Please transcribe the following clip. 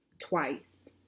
twice